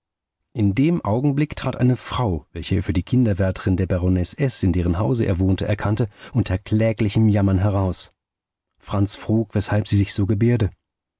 in dem augenblick trat eine frau welche er für die kinderwärterin der baronesse s in deren hause er wohnte erkannte unter kläglichem jammern heraus franz frug weshalb sie sich so gebärde